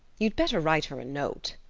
you'd better write her a note.